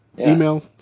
email